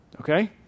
Okay